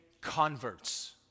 converts